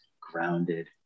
grounded